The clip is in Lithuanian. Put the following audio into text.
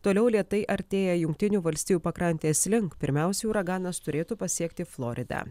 toliau lėtai artėja jungtinių valstijų pakrantės link pirmiausiai uraganas turėtų pasiekti floridą